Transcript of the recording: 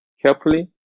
carefully